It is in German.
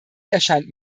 erscheint